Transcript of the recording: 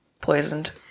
Poisoned